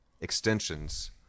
extensions